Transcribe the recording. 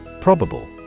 Probable